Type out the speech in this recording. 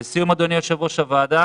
לסיום, אדוני יושב-ראש הוועדה